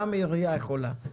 גם עירייה יכולה.